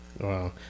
Wow